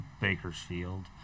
Bakersfield